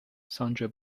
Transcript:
sonja